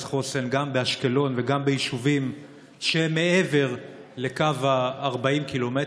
חוסן גם באשקלון וגם ביישובים שמעבר לקו 40 הק"מ?